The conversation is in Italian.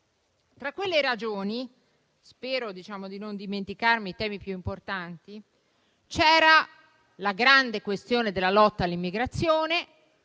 Tra quelle ragioni - spero di non dimenticare i temi più importanti - c'era: la grande questione della lotta all'immigrazione,